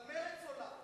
אבל מרצ עולה.